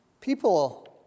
People